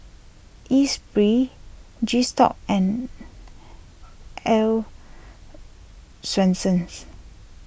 Espirit G stock and Earl's Swensens